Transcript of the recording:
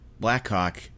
Blackhawk